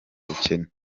bukene